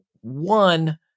One